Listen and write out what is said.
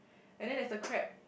and then there's a crab